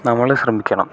നമ്മൾ ശ്രമിക്കണം